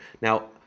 Now